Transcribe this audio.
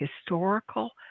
historical